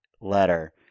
letter